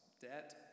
debt